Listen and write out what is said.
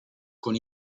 con